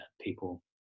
people